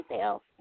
else